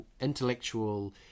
intellectual